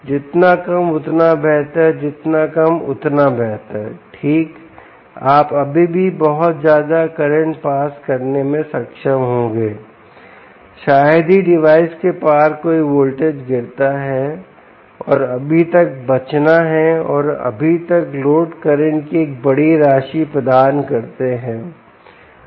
जितना कम उतना बेहतर जितना कम उतना बेहतर ठीक आप अभी भी बहुत ज्यादा करंट पास करने में सक्षम होंगे शायद ही डिवाइस के पार कोई वोल्टेज गिरता है और अभी तक बचना है और अभी तक लोड करंट की एक बड़ी राशि प्रदान करते हैं